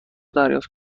دریافت